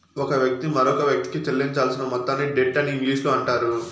ఒక వ్యక్తి మరొకవ్యక్తికి చెల్లించాల్సిన మొత్తాన్ని డెట్ అని ఇంగ్లీషులో అంటారు